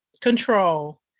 control